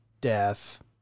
death